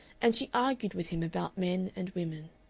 and she argued with him about men and women.